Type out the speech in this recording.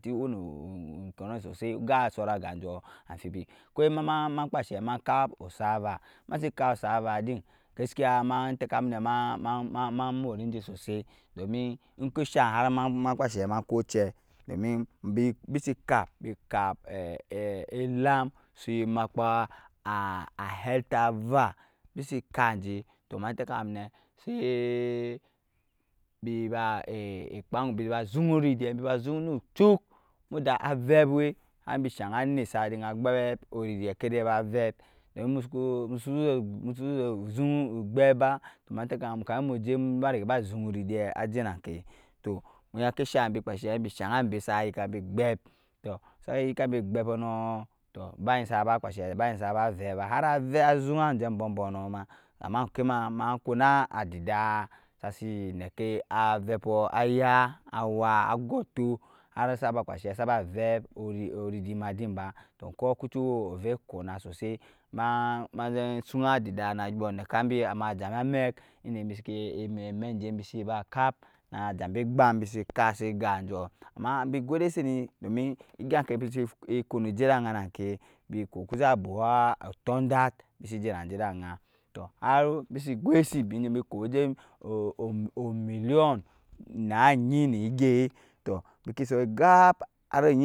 gongɔɔ sosɔɔ ga sɔra gajɔɔ amfibi kwai ma kpashɛ makap osava masi kap sava din gaskiya ma tɛkamun ma morɛjɛ sosɔɔ domin enkɛ shan ma kɔcɛ domin bisi kap bi kap elam si makpa aheltre ava isi kap jɛ ma tɛkamu sai biba zung. Ridi nu chuk mda avɛp awai har bi shang anɛt sa dlinga agbɛp oridi kadiai aba vɛp don musuku gbɛp ba tɔɔ ma tɛkamu amin mu jɛ ba riga ba zung ridi ajɛ nakai tɔɔ muya kɛshang. bɛ kpashɛ bɛ shangg bɛ sa gɛ tɔɔ saba yikambi gɛpɔɔ nɔɔ tɔɔ ba gyi saba vɛp ba har avɛp azung jɛ ambɔbɔnɔɔ ma ama ojkɛma ma kpɔna adida sasi nɛkɛ anɛpɔɔ aya awa a gɔtɔɔ har saba kpashɛ saba vɛp oridi ma din ba tɔɔ ogkɔɔ kucwai vɛ konna sosɔɔ majɛ sung adida na gyuɔ nakambi jabi amɛk indɛmbi bisi ba kap na jambi gbam bisi kap si gajɔɔ ama bi godesɛni domin egya kai bisi fujɛ da anjan na kɛ bi kɔɔ kusa buhu otundat bisi jɛ da ajan tɔɔ har bisi gwuisi omillion naenyi ni gyai tɔɔ bisiki gap har,